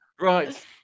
Right